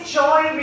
joy